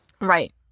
Right